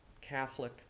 Catholic